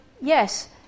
yes